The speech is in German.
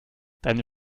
deine